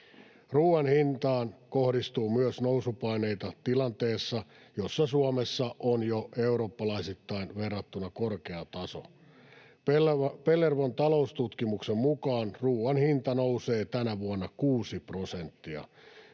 Ruoan hintaan kohdistuu myös nousupaineita tilanteessa, jossa Suomessa on jo eurooppalaisittain verrattuna korkea taso. Pellervon taloustutkimuksen mukaan ruoan hinta nousee tänä vuonna 6 prosenttia,